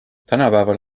tänapäeval